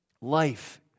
life